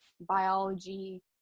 biology